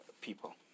people